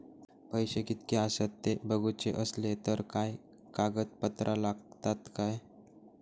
पैशे कीतके आसत ते बघुचे असले तर काय कागद पत्रा लागतात काय?